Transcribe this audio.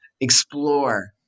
explore